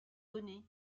donnés